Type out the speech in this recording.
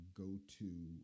go-to